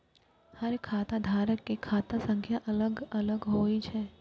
हर खाता धारक के खाता संख्या अलग अलग होइ छै